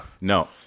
No